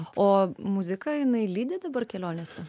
o muzika jinai lydi dabar kelionėse